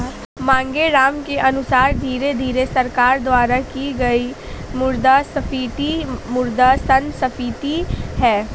मांगेराम के अनुसार धीरे धीरे सरकार द्वारा की गई मुद्रास्फीति मुद्रा संस्फीति है